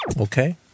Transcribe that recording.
Okay